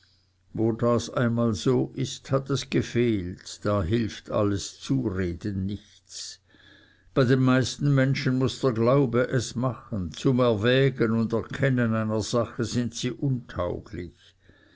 das einmal so ist hat es gefehlt da hilft alles zureden nichts bei den meisten menschen muß der glaube es machen zum erwägen und erkennen einer sache sind sie untauglich